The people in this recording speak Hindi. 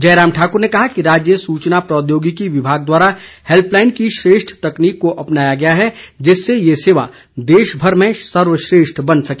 जयराम ठाकुर ने कहा कि राज्य सूचना प्रौद्योगिकी विभाग द्वारा हैल्पलाईन की श्रेष्ठ तकनीक को अपनाया गया है जिससे ये सेवा देशभर में सर्वश्रेष्ठ बन सके